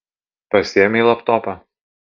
pasiėmei laptopą